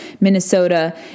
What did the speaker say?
Minnesota